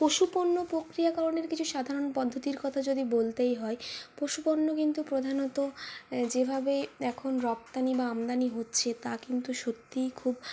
পশুপণ্য প্রক্রিয়াকরণের কিছু সাধারণ পদ্ধতির কথা যদি বলতেই হয় পশুপণ্য কিন্তু প্রধানত যেভাবে এখন রপ্তানি বা আমদানি হচ্ছে তা কিন্তু সত্যি খুব